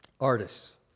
artists